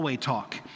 Talk